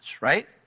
right